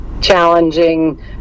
challenging